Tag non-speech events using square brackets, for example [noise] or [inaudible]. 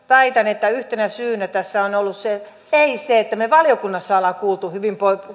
[unintelligible] väitän että yhtenä syynä tässä ei ole ollut se että me valiokunnassa olemme kuulleet hyvin